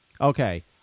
Okay